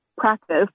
practice